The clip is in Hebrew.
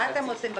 מה אתם עושים בכסף?